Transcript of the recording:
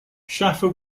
shaffer